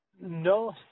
No